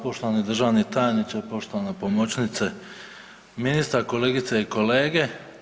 Poštovani državni tajniče, poštovana pomoćnice ministra, kolegice i kolege.